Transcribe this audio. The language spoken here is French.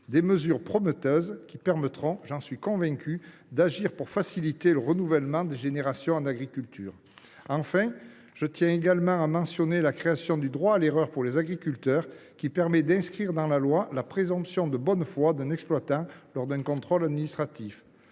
Ces mesures prometteuses permettront, j’en suis convaincu, d’agir pour faciliter le renouvellement des générations en agriculture. Enfin, je tiens également à mentionner la création d’un droit à l’erreur pour les agriculteurs, qui permet d’inscrire dans la loi la présomption de bonne foi d’un exploitant lors d’un contrôle administratif.